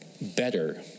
better